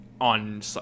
on